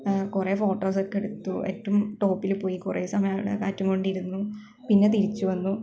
കുറേ ഫോട്ടോസ് ഒക്കെ എടുത്തു ഏറ്റവും ടോപ്പിൽ പോയി കുറേ സമയം അവിടെ കാറ്റും കൊണ്ടിരുന്നു പിന്നെ തിരിച്ചു വന്നു